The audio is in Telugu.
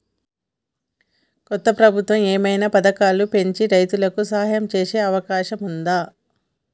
కొత్త ప్రభుత్వం ఏమైనా పథకాలు పెంచి రైతులకు సాయం చేసే అవకాశం ఉందా?